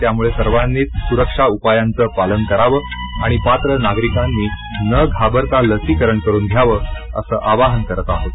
त्यामुळे सर्वांनीच सुरक्षा उपायांच पालन करावं आणि पात्र नागरिकांनी न घाबरता लसीकरण करून घ्यावं असं आवाहन करत आहोत